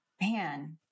man